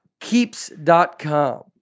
Keeps.com